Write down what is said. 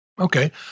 Okay